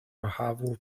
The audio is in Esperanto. havu